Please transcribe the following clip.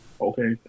okay